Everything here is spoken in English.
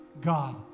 God